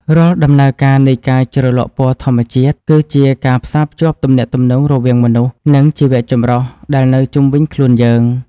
រាល់ដំណើរការនៃការជ្រលក់ពណ៌ធម្មជាតិ គឺជាការផ្សារភ្ជាប់ទំនាក់ទំនងរវាងមនុស្ស និង ជីវចម្រុះដែលនៅជុំវិញខ្លួនយើង។